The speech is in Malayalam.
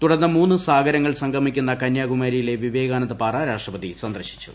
തുടർന്ന് മൂന്നു സാഗരങ്ങൾ സംഗൃമിക്കുന്ന കന്യാകുമാരിയിലെ വിവേകാനന്ദപാറ രാഷ്ട്രപതി സ്ന്ദർശിച്ചു